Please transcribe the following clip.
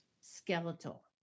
skeletal